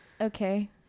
okay